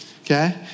Okay